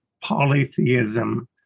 polytheism